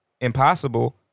impossible